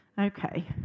Okay